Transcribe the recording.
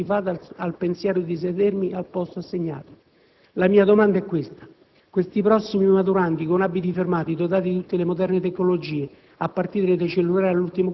macchie ovunque. Sono persino schifata al pensiero di sedermi al posto assegnato. La mia domanda è questa: questi prossimi maturandi con abiti firmati, dotati di tutte le moderne tecnologie